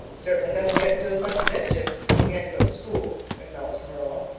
certainly doesn't get into as much mischief since he began to go to school, acknowledged marilla.